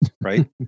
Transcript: right